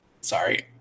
sorry